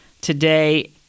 today